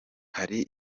hari